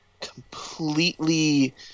completely